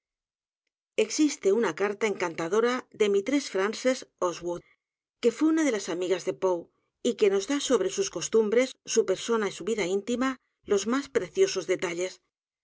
existe una carta encantadora de mrs f r a n c é s osgood que fué u n a de las amigas de poe y que nos da sobre sus costumbres su persona y su vida íntima los más preciosos detalles